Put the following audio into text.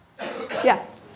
Yes